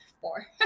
four